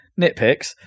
nitpicks